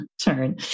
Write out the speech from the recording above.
turn